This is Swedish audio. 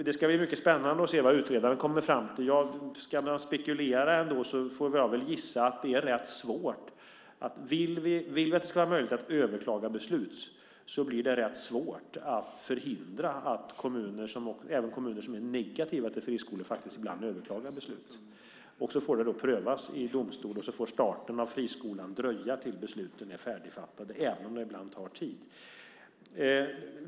Det ska bli mycket spännande att se vad utredaren kommer fram till. Ska jag spekulera får jag väl gissa att det blir rätt svårt. Vill vi att det ska vara möjligt att överklaga beslut blir det rätt svårt att förhindra att kommuner som är negativa till friskolor ibland överklagar beslut. Det får prövas i domstol, och starten av friskolan får dröja tills besluten är färdigfattade även om det ibland tar tid.